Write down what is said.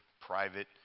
private